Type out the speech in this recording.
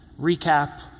recap